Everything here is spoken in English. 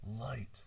light